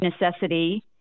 necessity